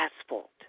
asphalt